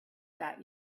that